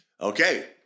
okay